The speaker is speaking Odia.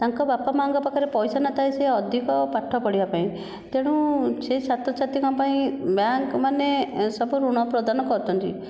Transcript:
ତାଙ୍କ ବାପା ମା'ଙ୍କ ପାଖରେ ପଇସା ନଥାଏ ସେ ଅଧିକ ପାଠ ପଢ଼ିବା ପାଇଁ ତେଣୁ ସେ ଛାତ୍ରଛାତ୍ରୀଙ୍କ ପାଇଁ ବ୍ୟାଙ୍କ ମାନେ ସବୁ ଋଣ ପ୍ରଦାନ କରୁଛନ୍ତି